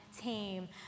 team